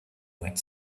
went